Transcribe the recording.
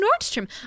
Nordstrom